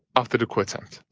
after the coup attempt.